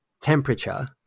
temperature